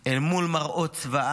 אל מול מראות זוועה,